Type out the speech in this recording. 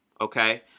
okay